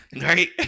Right